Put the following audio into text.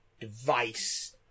device